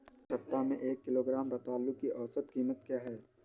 इस सप्ताह में एक किलोग्राम रतालू की औसत कीमत क्या है?